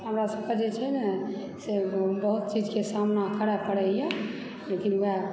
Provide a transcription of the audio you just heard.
हमरासभकेँ जे छै नऽ से बहुत चीजके सामना करय पड़ैए लेकिन वएह